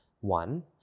One